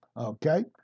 Okay